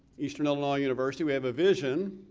eastern illinois university, we have a vision